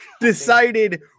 decided